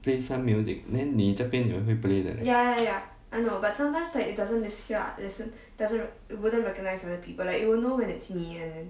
play some music then 你这边也会 play leh